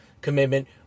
commitment